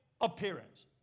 appearance